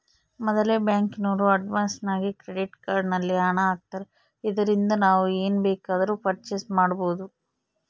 ಮೊದಲೆ ಬ್ಯಾಂಕಿನೋರು ಅಡ್ವಾನ್ಸಾಗಿ ಕ್ರೆಡಿಟ್ ಕಾರ್ಡ್ ನಲ್ಲಿ ಹಣ ಆಗ್ತಾರೆ ಇದರಿಂದ ನಾವು ಏನ್ ಬೇಕಾದರೂ ಪರ್ಚೇಸ್ ಮಾಡ್ಬಬೊದು